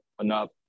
enough